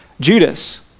Judas